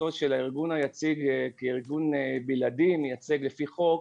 הארגון היציג לארגון בלעדי מייצג לפי חוק,